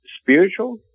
spiritual